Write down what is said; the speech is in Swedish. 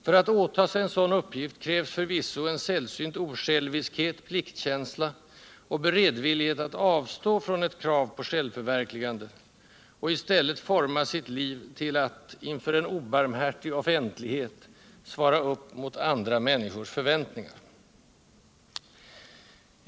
För att åta sig en sådan uppgift krävs förvisso en sällsynt osjälviskhet, pliktkänsla och beredvillighet att avstå från ett krav på ”självförverkligande” och i stället forma sitt liv till att — inför en obarmhärtig offentlighet — svara upp mot andra människors förväntningar.